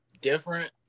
different